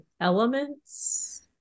elements